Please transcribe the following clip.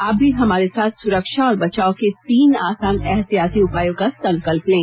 आप भी हमारे साथ सुरक्षा और बचाव के तीन आसान एहतियाती उपायों का संकल्प लें